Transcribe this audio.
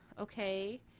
okay